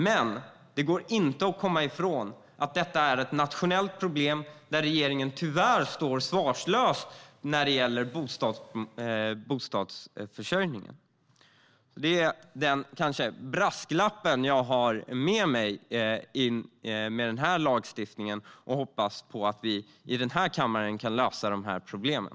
Men det går inte att komma ifrån att detta är ett nationellt problem där regeringen tyvärr står svarslös när det gäller bostadsförsörjningen. Det är min brasklapp när det gäller den här lagstiftningen. Jag hoppas att vi här i kammaren kan lösa de här problemen.